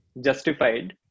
justified